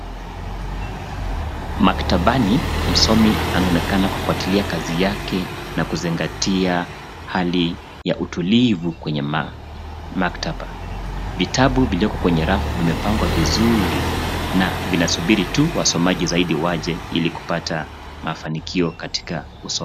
Maktabani msomi anaonekana kufuatilia kazi yake na kuzingatia hali ya utulivu kwenye maktaba ,vitabu vilioko kwenye rafu vimepangwa vizuri na vinasubiri tu wasomaji zaidi waje ili kupata mafanikio katika usomaji.